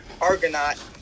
argonaut